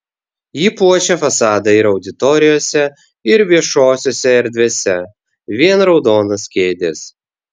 ji puošia fasadą ir auditorijose ir viešosiose erdvėse vien raudonos kėdės